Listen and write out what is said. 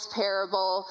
parable